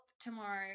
tomorrow